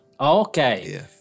Okay